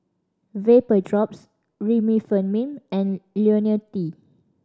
Vapodrops Remifemin and Ionil T